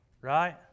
Right